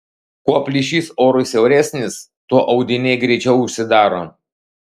kuo plyšys orui siauresnis tuo audiniai greičiau užsidaro